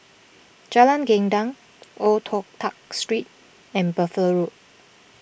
Jalan Gendang Old Toh Tuck Street and Buffalo Road